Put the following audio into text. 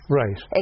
right